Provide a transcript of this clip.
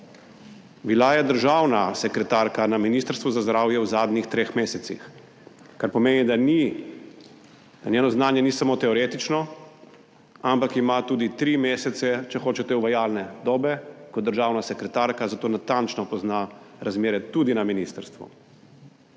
13.05** (nadaljevanje) Ministrstvu za zdravje v zadnjih treh mesecih, kar pomeni da ni, da njeno znanje ni samo teoretično,, ampak ima tudi tri mesece, če hočete, uvajalne dobe kot državna sekretarka, zato natančno pozna razmere tudi na ministrstvu.